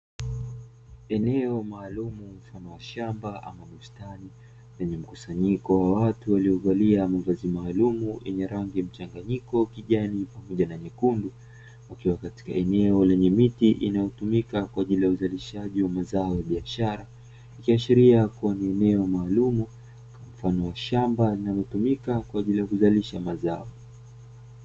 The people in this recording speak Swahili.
Eneo maalumu mfano wa shamba ama bustani zenye mkusanyiko wa watu waliovalia mavazi maalumu, yenye rangi mchanganyiko kijani pamoja na nyekundu ukiwa katika eneo lenye miti inayotumika kwa ajili ya uzalishaji wa mazao ya biashara, kiashiria kuwa ni eneo maalum mfano wa shamba linalotumika kwa ajili ya kuzalisha mazao.